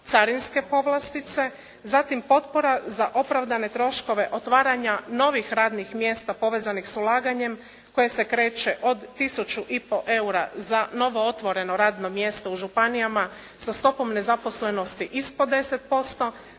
carinske povlastice zatim potpora za opravdane troškove otvaranja novih radnih mjesta povezanih s ulaganjem koje se kreće od tisuću i pol eura za novootvoreno radno mjesto u županijama sa stopom nezaposlenosti ispod 10%